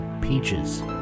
peaches